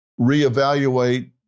reevaluate